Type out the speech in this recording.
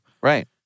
Right